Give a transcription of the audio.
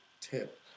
tip